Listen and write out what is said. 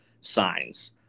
signs